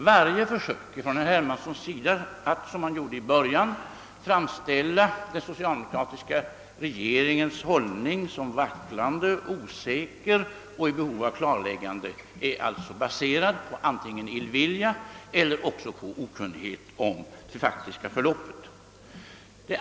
Varje försök från herr Hermanssons sida att — som han gjorde i början av sitt anförande — framställa den socialdemokratiska regeringens hållning som vacklande och i behov av klarläggande är alltså baserat antingen på illvilja eller på okunnighet om det faktiska förhållandet.